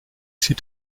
sieht